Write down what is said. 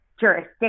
jurisdiction